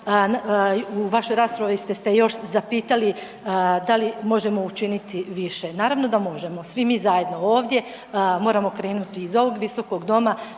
U vašoj raspravi ste još se zapitali da li možemo učiniti više? Naravno da možemo, svi mi zajedno ovdje. Moramo krenuti iz ovog visokog doma